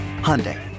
Hyundai